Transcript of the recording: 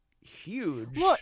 huge